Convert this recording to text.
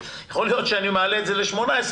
יכול להיות שאני מעלה את זה ל-18,